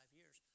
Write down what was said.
years